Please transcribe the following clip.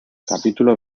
capítulo